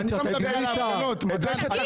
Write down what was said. לא שאכפת לי, אבל תגיד, כשקראו